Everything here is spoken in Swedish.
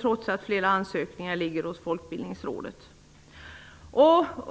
trots att flera ansökningar ligger hos Folkbildningsrådet.